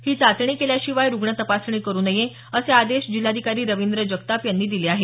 ही चाचणी केल्याशिवाय रुग्ण तपासणी करू नये असे आदेश जिल्हाधिकारी रवींद्र जगताप यांनी दिले आहेत